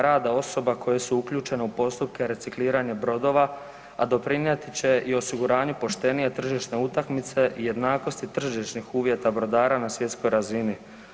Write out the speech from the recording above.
rada osoba koje su uključene u postupke recikliranja brodova, a doprinijeti će i osiguranju poštenije tržišne utakmice, jednakosti tržišnih uvjeta brodara na svjetskoj razini.